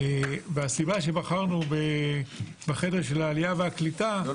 הסיבה שבחרנו בחדר של ועדת עלייה וקליטה --- לא,